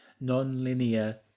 non-linear